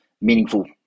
meaningful